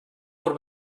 por